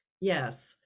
yes